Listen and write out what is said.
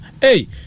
Hey